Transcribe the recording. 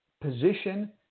position